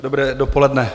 Dobré dopoledne.